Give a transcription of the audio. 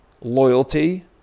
loyalty